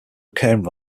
recurring